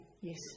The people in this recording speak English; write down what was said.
Yes